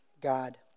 God